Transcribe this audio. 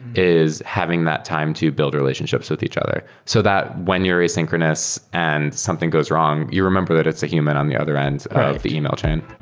is having that time to build relationships with each other. so that when you're asynchronous and something goes wrong, you remember that it's a human on the other end of the email chain.